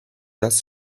das